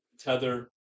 tether